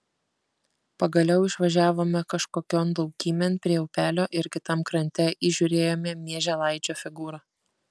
pagaliau išvažiavome kažkokion laukymėn prie upelio ir kitam krante įžiūrėjome mieželaičio figūrą